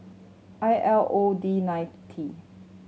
I L O D nine T